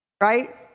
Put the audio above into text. right